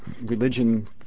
religion